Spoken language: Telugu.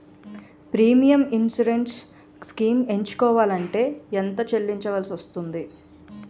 ప్రీమియం ఇన్సురెన్స్ స్కీమ్స్ ఎంచుకోవలంటే ఎంత చల్లించాల్సివస్తుంది??